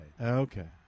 Okay